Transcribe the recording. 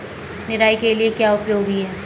निराई के लिए क्या उपयोगी है?